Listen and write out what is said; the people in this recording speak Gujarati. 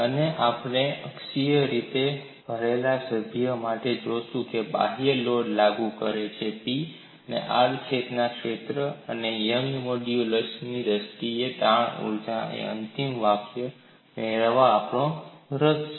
અને આપણે અક્ષીય રીતે ભરેલા સભ્ય માટે જોશું બાહ્ય લોડ લાગુ કરેલ P આડછેડના ક્ષેત્રફળ અને યંગના મોડ્યુલસYoungs modulusની દ્રષ્ટિએ તાણ ઊર્જા માટે અંતિમ વાકય મેળવવાનો આપણો રસ છે